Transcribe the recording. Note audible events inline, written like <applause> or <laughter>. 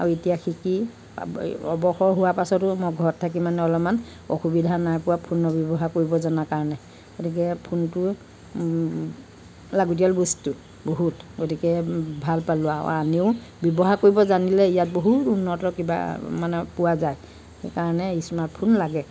আৰু এতিয়া শিকি <unintelligible> এই অৱসৰ হোৱাৰ পাছতো মই ঘৰত থাকি মানে অলপমান অসুবিধা নাই পোৱা ফোনৰ ব্যৱহাৰ কৰিব জনা কাৰণে গতিকে ফোনটো লাগতিয়াল বস্তু বহুত গতিকে ভাল পালোঁ আাৰু আৰু আনেও ব্যৱহাৰ কৰিব জানিলে ইয়াত বহুত উন্নত কিবা মানে পোৱা যায় সেইকাৰণে স্মাৰ্ট ফোন লাগে